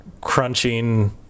crunching